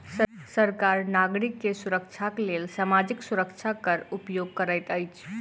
सरकार नागरिक के सुरक्षाक लेल सामाजिक सुरक्षा कर उपयोग करैत अछि